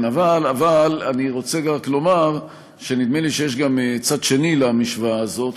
אבל אני רוצה רק לומר שנדמה לי שיש גם צד שני למשוואה הזאת,